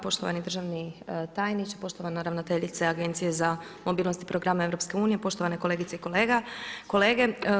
Poštovani državni tajniče, poštovana ravnateljice Agencije za mobilnost i programe EU, poštovane kolegice i kolege.